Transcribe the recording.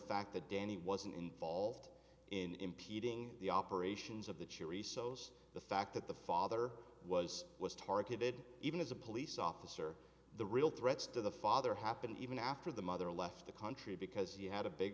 fact that danny wasn't involved in impeding the operations of the jury sos the fact that the father was was targeted even as a police officer the real threats to the father happened even after the mother left the country because you had a big